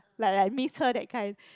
like like miss her that kind